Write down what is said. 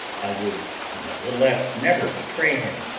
i would nevertheless never betray him.